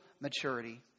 maturity